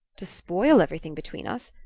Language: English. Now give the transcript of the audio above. to spoil everything between us?